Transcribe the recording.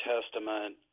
Testament